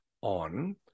on